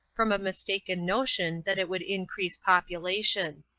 from a mistaken notion that it would increase population.